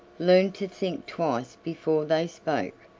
learned to think twice before they spoke,